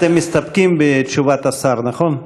אתם מסתפקים בתשובת השר, נכון?